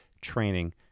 training